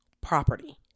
property